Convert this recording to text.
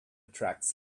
attracts